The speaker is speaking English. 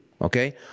okay